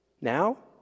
Now